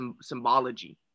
symbology